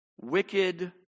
wicked